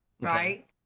right